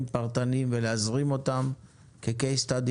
פרטניים ולהזרים אותם כ-Case Study,